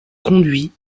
conduits